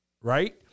right